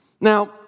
Now